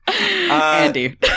Andy